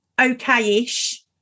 okay-ish